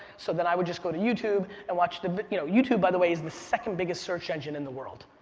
so then i would just go to youtube and watch the, you know youtube by the way is the second-biggest search engine in the world.